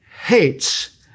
hates